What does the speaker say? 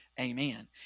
amen